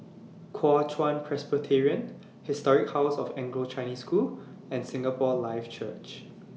Kuo Chuan Presbyterian Historic House of Anglo Chinese School and Singapore Life Church